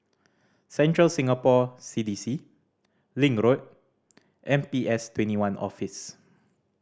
Central Singapore C D C Link Road and P S Twenty one Office